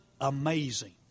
amazing